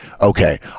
okay